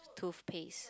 toothpaste